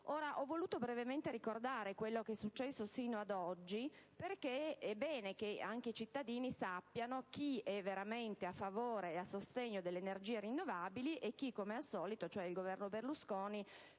Ho voluto brevemente ricordare quello che è successo sino ad oggi perché è bene, che anche i cittadini sappiano chi è veramente a favore e a sostegno delle energie rinnovabili e chi, come al solito, cioè il Governo Berlusconi,